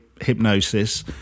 hypnosis